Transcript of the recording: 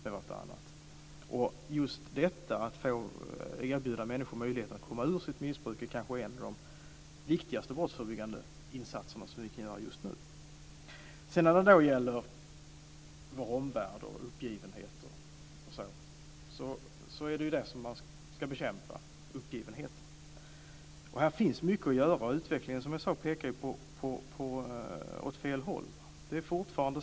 Just detta att erbjuda människor möjlighet att komma ur sitt missbruk är kanske en av de viktigaste brottsförebyggande insatser som vi kan göra just nu. När det gäller vår omvärld och uppgivenheten är det uppgivenheten som man ska bekämpa. Här finns mycket att göra. Utvecklingen pekar åt fel håll, som jag sade.